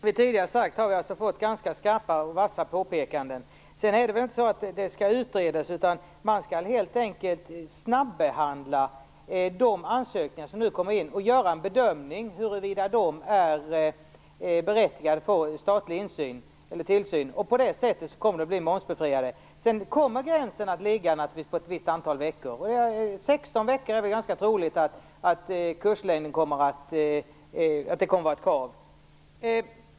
Herr talman! Som vi tidigare sagt har vi fått ganska skarpa och rappa påpekanden. Det är vidare inte så att frågan skall utredas, utan man skall snabbehandla de ansökningar som nu kommer in och göra en bedömning av om skolorna är berättigade till statlig tillsyn, så att de kan bli momsbefriade. Gränsen kommer naturligtvis att ligga vid ett visst antal veckor. Det är väl ganska troligt att kurslängden kommer att ligga på 16 veckor.